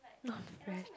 not fresh